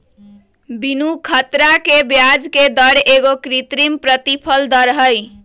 बीनू ख़तरा के ब्याजके दर एगो कृत्रिम प्रतिफल दर हई